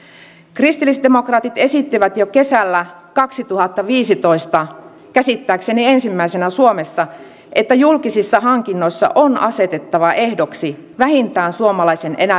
kristillisdemokraatit esittivät jo kesällä kaksituhattaviisitoista käsittääkseni ensimmäisenä suomessa että julkisissa hankinnoissa on asetettava ehdoksi vähintään suomalaisen